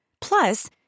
Plus